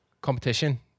competition